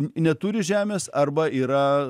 neturi žemės arba yra